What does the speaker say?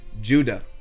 Judah